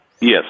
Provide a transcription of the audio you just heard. Yes